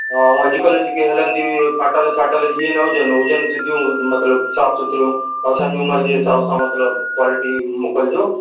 हा ऐं अॼुकल्ह जेका हलनि थियूं इहे फाटल साटल इहे न हुजनि सिधियूं मतलबु साफ़ु सुथिरियूं असांजे उमिरि जे हिसाब सां मतलबु क्वालिटी मोकिलिजो